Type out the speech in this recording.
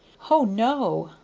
o, no,